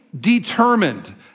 determined